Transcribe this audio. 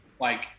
Like-